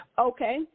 Okay